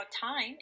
time